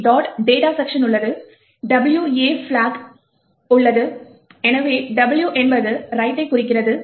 data section உள்ளது WA plug உள்ளது எனவே W என்பது ரைட்டைக் குறிக்கிறது